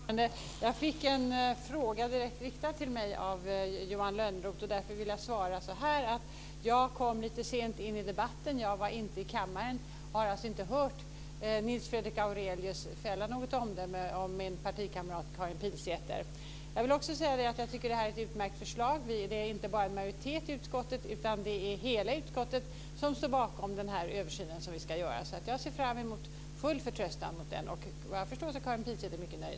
Herr talman! Jag fick en fråga riktad direkt till mig av Johan Lönnroth. Jag svarar enligt följande. Jag kom lite sent in i debatten. Jag var inte i kammaren. Jag har alltså inte hört Nils Fredrik Aurelius fälla något omdöme om min partikamrat Karin Jag tycker att det här är ett utmärkt förslag. Det är inte bara en majoritet i utskottet utan det är hela utskottet som står bakom den översyn vi ska göra. Jag ser fram emot med full förtröstan på den. Vad jag förstår är Karin Pilsäter också mycket nöjd.